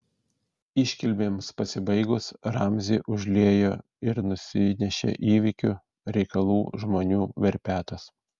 iškilmėms pasibaigus ramzį užliejo ir nusinešė įvykių reikalų žmonių verpetas